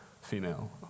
Female